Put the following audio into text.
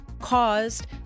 caused